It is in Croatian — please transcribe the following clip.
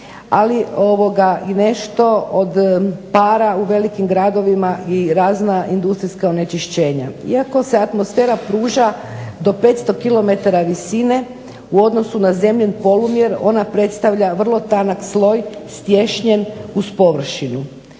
ali nešto i od para u velikim gradovima i razna industrijska onečišćenja. Iako se atmosfera pruža do 500 km visine u odnosu na zemljin polumjer ona predstavlja vrlo tanak sloj, stiješnjen uz površinu.